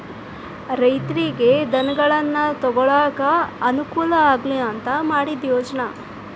ರೈತರಿಗೆ ಧನಗಳನ್ನಾ ತೊಗೊಳಾಕ ಅನಕೂಲ ಆಗ್ಲಿ ಅಂತಾ ಮಾಡಿದ ಯೋಜ್ನಾ